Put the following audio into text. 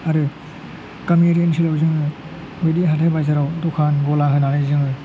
आरो गामियारि ओनसोलाव जोङो बिदि हाथाइ बाजाराव द'खान ग'ला होनानै जोङो